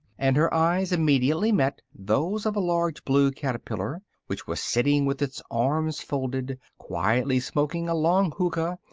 and her eyes immediately met those of a large blue caterpillar, which was sitting with its arms folded, quietly smoking a long hookah,